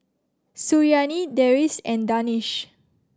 Suriani Deris and Danish